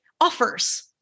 offers